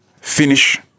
finish